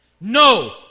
No